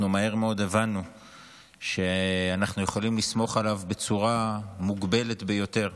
אנחנו מהר מאוד הבנו שאנחנו יכולים לסמוך עליו בצורה מוגבלת ביותר.